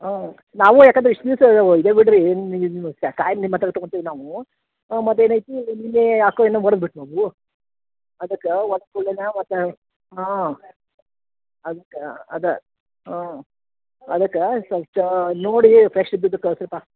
ಹಾಂ ನಾವು ಯಾಕಂದ್ರೆ ಇಷ್ಟು ದಿವಸ ವಾ ಇದೆ ಬಿಡಿರಿ ಖಾಯಂ ನಿಮ್ಮ ಹತ್ತಿರ ತಗೋಂತಿವಿ ನಾವು ಹಾಂ ಮತ್ತೆನೈತೀ ನಿನ್ನೆ ಯಾಕೋ ಏನೊ ಒಡದು ಬಿಡ್ತು ಅವು ಅದಕ್ಕೆ ಒಡ್ದ ಕೂಡ್ಲೆನೆ ಮತ್ತು ಹಾಂ ಅದ್ಕೆ ಅದ ಹಾಂ ಅದಕ್ಕೆ ಸ್ವಲ್ಪ ನೋಡಿ ಫ್ರೆಶ್ ಇದದ್ದು ಕಳ್ಸಿರಿ ಪಾ